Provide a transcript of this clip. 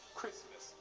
Christmas